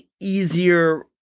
easier